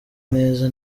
neza